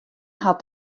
hat